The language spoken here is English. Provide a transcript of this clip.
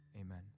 Amen